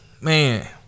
Man